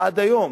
עד היום?